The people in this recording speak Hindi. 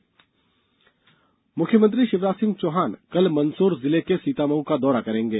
सीएम सीतामऊ मुख्यमंत्री शिवराज सिंह चौहान कल मंदसौर जिले के सीतामऊ का दौरा करेंगे